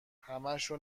همشو